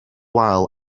wael